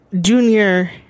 Junior